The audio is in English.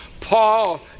Paul